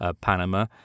Panama